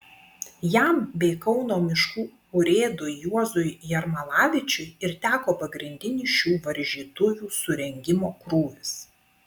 jam bei kauno miškų urėdui juozui jermalavičiui ir teko pagrindinis šių varžytuvių surengimo krūvis